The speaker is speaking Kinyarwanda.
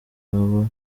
yoba